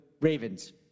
Ravens